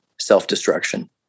self-destruction